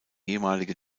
ehemalige